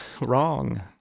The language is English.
wrong